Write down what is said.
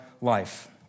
life